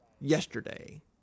yesterday